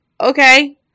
okay